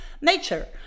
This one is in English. nature